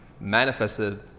manifested